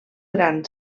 gran